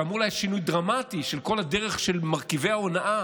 שאמור להיות שינוי דרמטי של כל הדרך של מרכיבי ההונאה